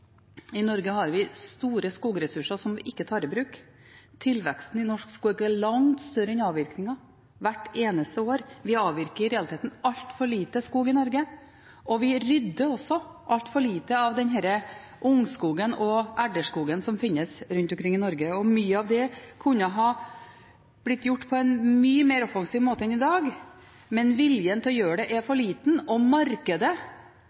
I Norge har vi store skogressurser som vi ikke tar i bruk. Tilveksten i norsk skog er langt større enn avvirkningen hvert eneste år. Vi avvirker i realiteten altfor lite skog i Norge. Vi rydder også altfor lite av ungskogen og «erderskogen» som finnes rundt omkring i Norge. Mye av dette kunne ha blitt gjort på en mye mer offensiv måte enn i dag, men viljen til å gjøre det er for liten, og markedet